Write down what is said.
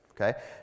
Okay